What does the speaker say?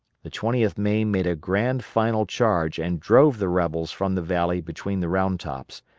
the twentieth maine made a grand final charge and drove the rebels from the valley between the round tops,